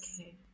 Okay